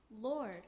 Lord